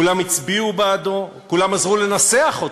כולם הצביעו בעדו, כולם עזרו לנסח אותו,